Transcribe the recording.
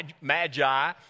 magi